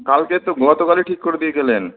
কালকে তো গতকালই ঠিক করে দিয়ে গেলেন